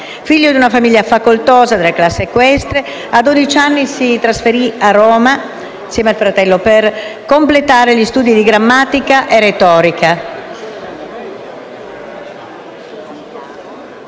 Figlio di una famiglia facoltosa della classe equestre, a dodici anni si trasferì a Roma, insieme al fratello, per completare gli studi di grammatica e retorica.